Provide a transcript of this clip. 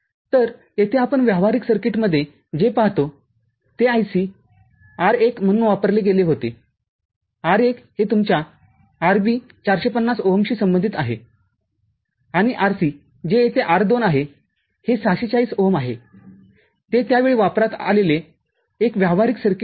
तर येथे आपण व्यावहारिक सर्किटमध्ये जे पहातो ते IC R1म्हणून वापरले गेले होते R1 हे तुमच्या RB४५०ओहमशी संबंधित आहे आणि RC जे येथे R2आहे हे ६४० ओहम आहे ते त्यावेळी वापरात आलेले एक व्यावहारिक सर्किट होते